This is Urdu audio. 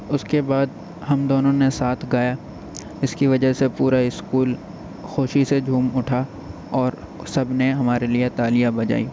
اس کے بعد ہم دونوں نے ساتھ گایا اس کی وجہ سے پورا اسکول خوشی سے جھوم اٹھا اور سب نے ہمارے لیے تالیاں بجائیں